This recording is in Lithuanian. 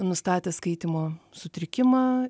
nustatė skaitymo sutrikimą